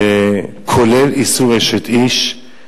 כולל איסור אשת איש,